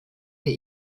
der